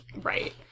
Right